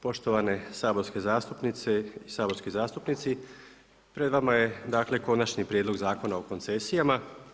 Poštovane saborske zastupnice i saborski zastupnici, pred vama je konačni prijedlog Zakona o koncesijama.